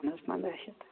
اہن حظ پندہ شیٚتھ